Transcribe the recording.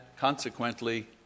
consequently